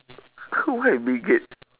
who why bill gates